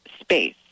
space